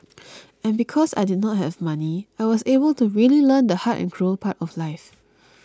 and because I did not have money I was able to really learn the hard and cruel part of life